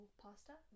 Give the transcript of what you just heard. pasta